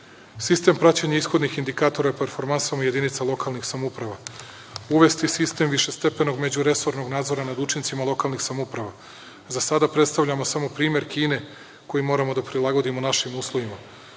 EU.Sistem praćenja ishodnih indikatora performansama jedinica lokalnih samouprava. Uvesti sistem višestepenog međuresornog nadzora nad učincima lokalnih samouprava. Za sada predstavljamo samo primer Kine koji moramo da prilagodimo našim uslovima.